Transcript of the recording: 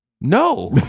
no